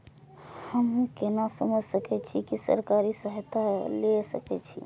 हमू केना समझ सके छी की सरकारी सहायता ले सके छी?